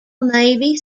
navy